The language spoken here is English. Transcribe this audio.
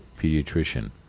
pediatrician